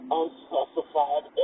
unspecified